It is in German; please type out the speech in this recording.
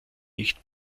nicht